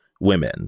women